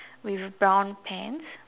with brown pants